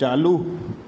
चालू